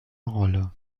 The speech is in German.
rolle